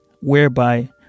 whereby